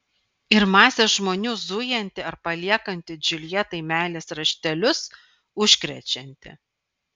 ir masė žmonių zujanti ar paliekanti džiuljetai meilės raštelius užkrečianti